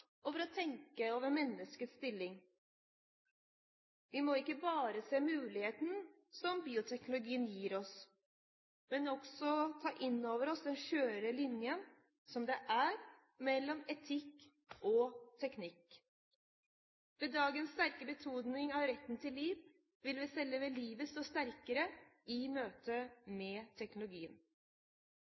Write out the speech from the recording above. og tenke over menneskets stilling. Vi må ikke bare se muligheten som bioteknologien gir oss, men også ta inn over oss den skjøre linjen som er mellom etikk og teknikk. Med dagens sterke betoning av retten til liv vil selve livet stå sterkere i møte med teknologien.